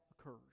occurs